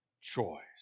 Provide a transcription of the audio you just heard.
choice